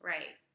Right